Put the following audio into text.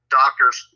doctors